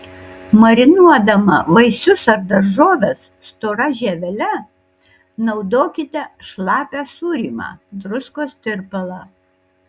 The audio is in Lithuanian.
marinuodama vaisius ar daržoves stora žievele naudokite šlapią sūrymą druskos tirpalą